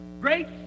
Great